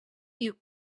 viuen